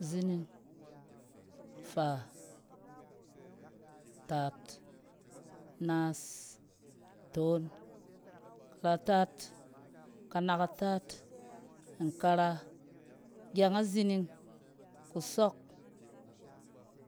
Zining, faa taat, naas, toon, karataat, kanakataat, nkara, agyeng’a zining, kusɔk